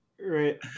Right